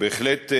בהחלט,